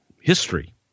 history